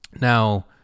Now